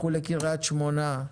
לכו לקריית שמונה,